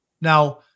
Now